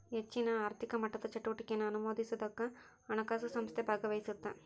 ಹೆಚ್ಚಿನ ಆರ್ಥಿಕ ಮಟ್ಟದ ಚಟುವಟಿಕೆನಾ ಅನುಮತಿಸೋದಕ್ಕ ಹಣಕಾಸು ಸಂಸ್ಥೆ ಭಾಗವಹಿಸತ್ತ